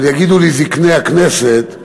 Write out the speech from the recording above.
אבל יגידו לי זקני הכנסת,